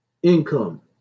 income